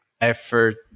effort